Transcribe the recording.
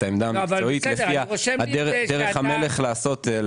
העמדה המקצועית לפיה דרך המלך לעשות דברים.